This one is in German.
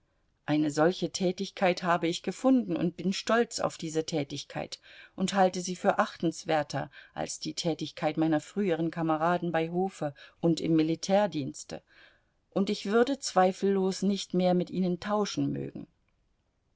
eine solche tätigkeit habe ich gefunden und bin stolz auf diese tätigkeit und halte sie für achtenswerter als die tätigkeit meiner früheren kameraden bei hofe und im militärdienste und ich würde zweifellos nicht mehr mit ihnen tauschen mögen